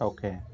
Okay